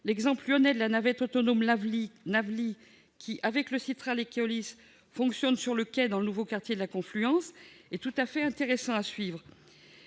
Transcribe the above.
L'exemple lyonnais de la navette autonome Navly, qui, avec le Sytral et Keolis, fonctionne sur le quai dans le nouveau quartier de la Confluence, est tout à fait intéressant à suivre,